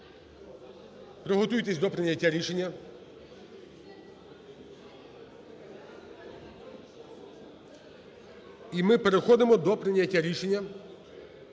приготуйтеся до прийняття рішення. І ми переходимо до прийняття рішення.